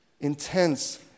intense